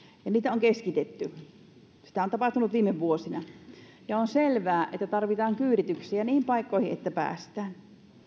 ja niitä on keskitetty sitä on tapahtunut viime vuosina on selvää että tarvitaan kyydityksiä että niihin paikkoihin päästään